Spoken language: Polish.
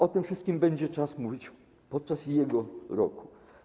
O tym wszystkim będzie czas mówić podczas jego roku.